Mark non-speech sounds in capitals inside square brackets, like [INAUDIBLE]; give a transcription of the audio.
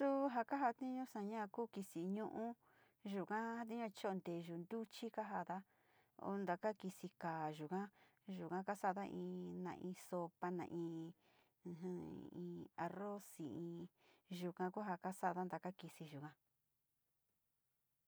Suu ja kajatiunsaña kuu kisi ñuu yuka jatiuña cho´o nteyu ntuchi kajada, onda ka kisi kaa yuga, yuga kasaada, in na in sopa, na in, [HESITATION] in arrosi, in yuka ku ja kasada taka kisi yuga.